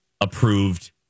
approved